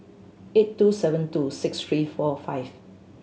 eight two seven two six three four five